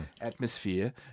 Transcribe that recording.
atmosphere